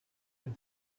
can